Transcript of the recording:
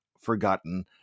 forgotten